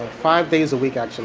five days a week, actually.